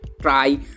try